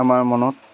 আমাৰ মনত